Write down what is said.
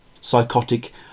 psychotic